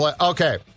okay